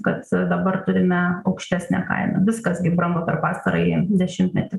kad dabar turime aukštesnę kainą viskas gi brango per pastarąjį dešimtmetį